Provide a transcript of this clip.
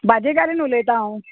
भाजेकान्न उलयतां हांव